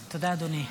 תודה, אדוני.